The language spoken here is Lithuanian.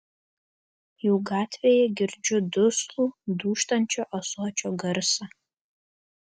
jau gatvėje girdžiu duslų dūžtančio ąsočio garsą